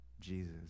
Jesus